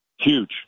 Huge